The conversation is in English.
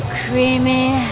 creamy